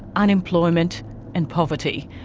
unemployment and poverty.